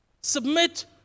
Submit